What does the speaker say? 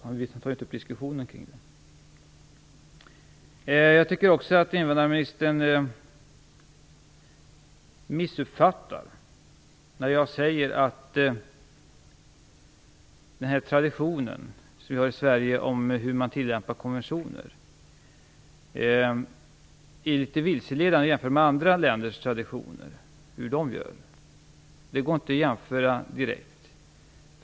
Han vill inte ta upp en diskussion om det. Jag tycker också att invandrarministern missförstår mig när jag säger att den tradition vi har i Sverige när det gäller att tillämpa konventioner är litet vilseledande jämfört med hur man gör i andra länder. Det går inte att jämföra direkt.